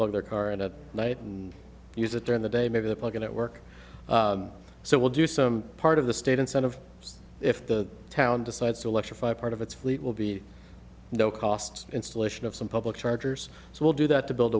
leave their car and at night and use it during the day maybe the plug in at work so we'll do some part of the state instead of just if the town decides to electrify part of its fleet will be no cost installation of some public chargers so we'll do that to build